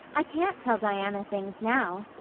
i can't tell diana things now.